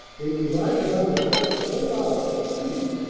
then you lie down and rest a whole hour, and sleep,